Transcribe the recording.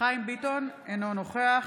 חיים ביטון, אינו נוכח